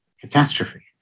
catastrophe